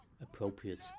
appropriate